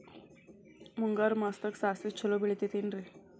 ಮುಂಗಾರು ಮಾಸದಾಗ ಸಾಸ್ವಿ ಛಲೋ ಬೆಳಿತೈತೇನ್ರಿ?